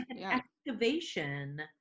activation